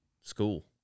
school